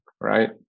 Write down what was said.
right